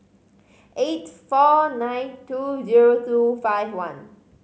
eight four nine two zero two five one